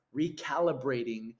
recalibrating